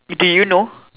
do you know